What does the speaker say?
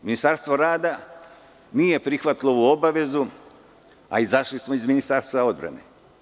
Ministarstvo rada nije prihvatilo ovu obavezu, a izašli smo iz Ministarstva odbrane.